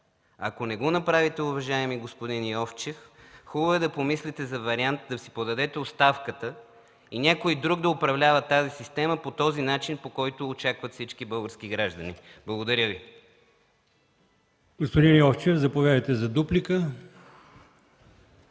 Ако не го направите, уважаеми господин Йовчев, хубаво е да помислите за вариант да си подадете оставката и някой друг да управлява тази система по този начин, по който очакват всички български граждани. Благодаря Ви. ПРЕДСЕДАТЕЛ АЛИОСМАН ИМАМОВ: Господин Йовчев, заповядайте за дуплика.